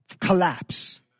collapse